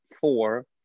four